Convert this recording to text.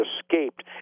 escaped